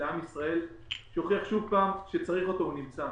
לעם ישראל שהוכיח שוב שכאשר צריך אותו הוא נמצא.